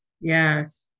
Yes